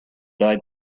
died